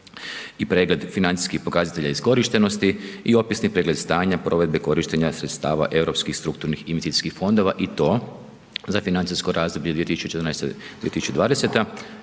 i pregled financijskih pokazatelja iskorištenosti i opisni pregled stanja provedbe korištenja sredstava Europskih strukturnih investicijskih fondova i to za financijsko razdoblje 2014.-2020.